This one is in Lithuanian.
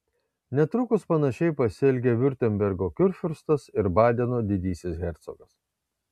netrukus panašiai pasielgė viurtembergo kurfiurstas ir badeno didysis hercogas